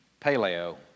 paleo